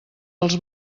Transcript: els